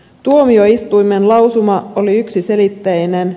tuomioistuimen lausuma oli yksiselitteinen